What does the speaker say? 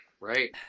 right